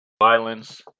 Violence